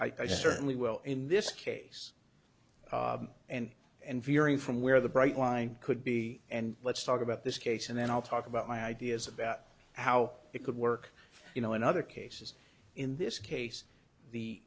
i certainly will in this case and and veering from where the bright line could be and let's talk about this case and then i'll talk about my ideas about how it could work you know in other cases in this case the